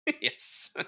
Yes